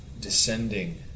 descending